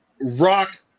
rock